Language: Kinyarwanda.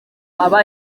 aba